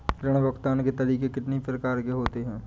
ऋण भुगतान के तरीके कितनी प्रकार के होते हैं?